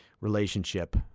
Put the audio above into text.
relationship